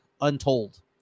Untold